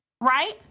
right